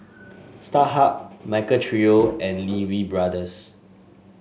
Starhub Michael Trio and Lee Wee Brothers